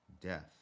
death